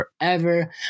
forever